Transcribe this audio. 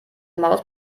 maus